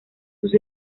sus